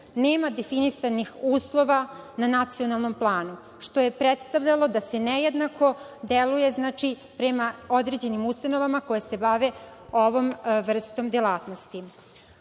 nema definisanih uslova na nacionalnom planu, što je predstavljalo da se nejednako deluje prema određenim ustanovama koje se bave ovom vrstom delatnosti. Osnovni